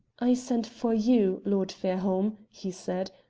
i sent for you, lord fairholme, he said,